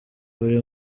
buri